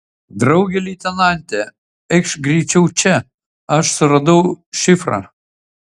drauge leitenante eikš greičiau čia aš suradau šifrą